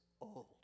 old